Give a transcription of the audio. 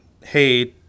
hey